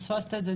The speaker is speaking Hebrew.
פספסת את זה,